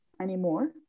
anymore